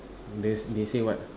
they say what